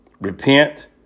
Repent